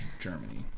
Germany